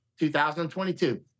2022